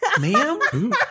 Ma'am